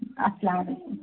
اَسلامُ علیکُم